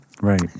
Right